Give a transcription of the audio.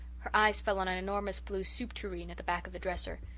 her eyes fell on an enormous blue soup tureen at the back of the dresser.